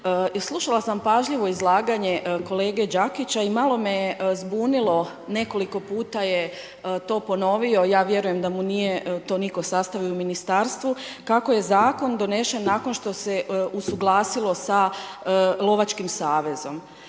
Slušala sam pažljivo izlaganje kolege Đakića i malo me je zbunilo. Nekoliko je puta to ponovio, ja vjerujem da mu to nije nitko sastavio u ministarstvu kako je zakon donešen nakon što se usuglasilo s lovačkim savezom.